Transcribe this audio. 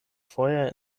feuer